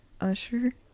Usher